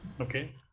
okay